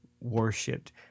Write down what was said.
worshipped